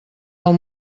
del